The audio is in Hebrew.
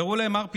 ירו להם אר.